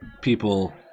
people